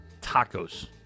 Tacos